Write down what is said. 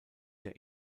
der